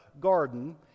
garden